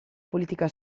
politica